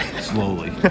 slowly